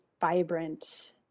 vibrant